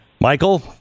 michael